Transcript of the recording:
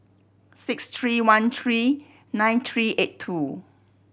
six three one three nine three eight two